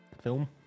film